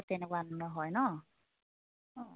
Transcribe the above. তেনেকুৱা ধৰণৰ হয় নহ্ অঁ